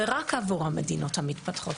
זה רק עבור המדינות המתפתחות.